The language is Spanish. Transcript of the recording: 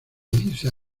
dice